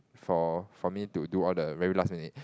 for for me to do all the very last minute